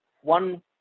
one